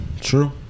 true